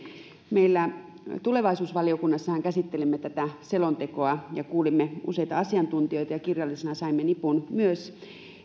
meillä tulevaisuusvaliokunnassahan käsittelimme tätä selontekoa ja kuulimme useita asiantuntijoita ja kirjallisena saimme nipun myös